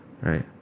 right